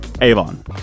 Avon